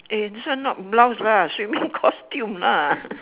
eh this one not blouse lah swimming costume ah